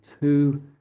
two